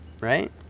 Right